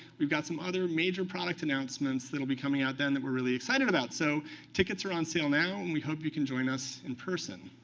we've got some other major product announcements that'll be coming out then that we're really excited about. so tickets are on sale now, and we hope you can join us in person.